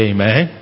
Amen